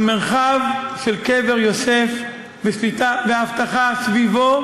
המרחב של קבר יוסף והשליטה והאבטחה סביבו,